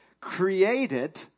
created